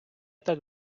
так